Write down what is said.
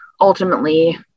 ultimately